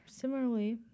Similarly